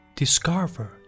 discover